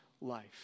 life